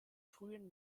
frühen